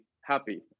happy